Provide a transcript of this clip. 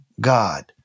God